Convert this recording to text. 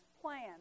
plan